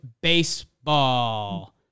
baseball